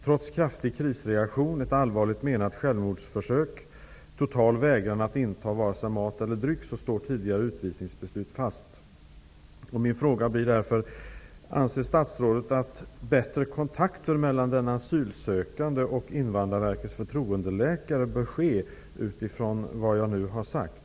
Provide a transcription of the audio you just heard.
Trots kraftig krisreaktion, ett allvarligt menat självmordsförsök och total vägran att inta mat och dryck står tidigare utvisningsbeslut fast. Min fråga blir därför: Anser statsrådet att bättre kontakter mellan den asylsökande och Invandrarverkets förtroendeläkare bör ske, utifrån vad jag nu har sagt?